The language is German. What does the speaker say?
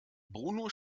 bruno